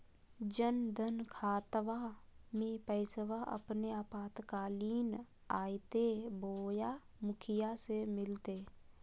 जन धन खाताबा में पैसबा अपने आपातकालीन आयते बोया मुखिया से मिलते?